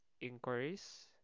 inquiries